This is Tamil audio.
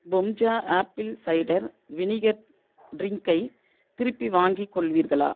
பொம்ஜா ஆப்பிள் சைடர் வினிகர் ட்ரிங்க்கை திருப்பி வாங்கிக் கொள்வீர்களா